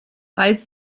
falls